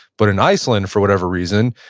but in iceland, for whatever reason,